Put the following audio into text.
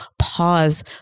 pause